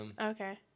Okay